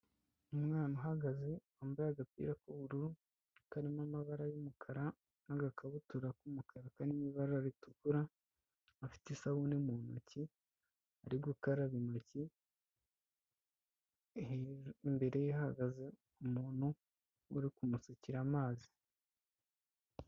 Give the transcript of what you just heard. Umwana uhagaze wambaye agapira k'ubururu karimo amabara y'umukara n'agakabutura k'umukara karimo ibara ritukura, afite isabune mu ntoki, ari gukaraba intoki, imbere ye hahagaze umuntu uri kumusukira amazi.